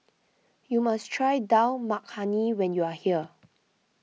you must try Dal Makhani when you are here